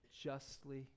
justly